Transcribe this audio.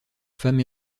femmes